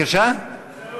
התשע"ד 2014,